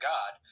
God